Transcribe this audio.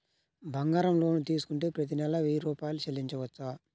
బంగారం లోన్ తీసుకుంటే ప్రతి నెల వెయ్యి రూపాయలు చెల్లించవచ్చా?